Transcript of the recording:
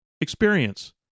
experience